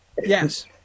Yes